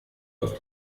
auf